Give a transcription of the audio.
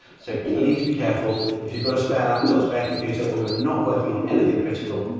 so please be careful. if you've got a spare laptop, spare computer or you're not working on anything critical,